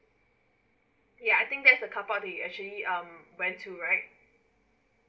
ya I think that is the car park they actually um rent to right